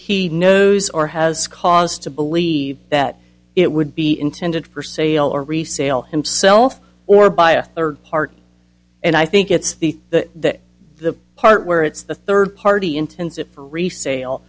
he knows or has caused to believe that it would be intended for sale or resale himself or by a third party and i think it's the that the part where it's the third party intensive for resale